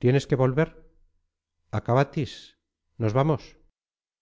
tienes que volver acabatis nos vamos